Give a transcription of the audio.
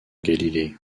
galilée